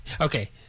Okay